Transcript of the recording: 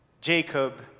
Jacob